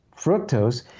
Fructose